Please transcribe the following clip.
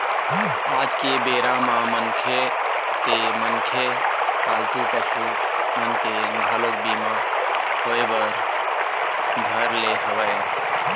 आज के बेरा म मनखे ते मनखे पालतू पसु मन के घलोक बीमा होय बर धर ले हवय